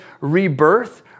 rebirth